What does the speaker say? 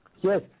Yes